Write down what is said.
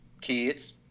Kids